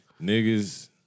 Niggas